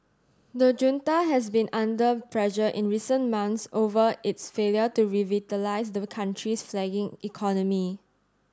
the junta has been under pressure in recent months over its failure to revitalise the country's flagging economy